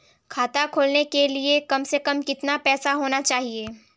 खाता खोलने के लिए कम से कम कितना पैसा होना चाहिए?